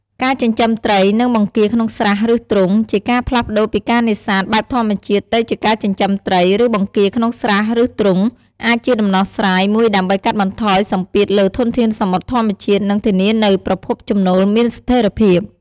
ការចិញ្ចឹមត្រី និងបង្គាក្នុងស្រះឬទ្រុង ជាការផ្លាស់ប្តូរពីការនេសាទបែបធម្មជាតិទៅជាការចិញ្ចឹមត្រី ឬបង្គាក្នុងស្រះឬទ្រុង អាចជាដំណោះស្រាយមួយដើម្បីកាត់បន្ថយសម្ពាធលើធនធានសមុទ្រធម្មជាតិ និងធានានូវប្រភពចំណូលមានស្ថេរភាព។